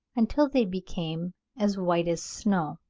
until they became as white as snow.